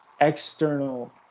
External